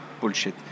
bullshit